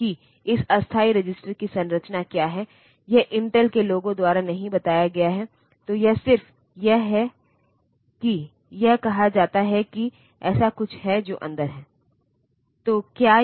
तो यह एक विशिष्ट उदाहरण है जैसे कि मोटोरोला में 8 बिट माइक्रोप्रोसेसर है जिसे 6800 कहा जाता है और 8085 मशीन लैंग्वेज उस या 6800 से अलग है